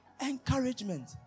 Encouragement